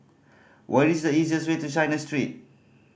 what is the easiest way to China Street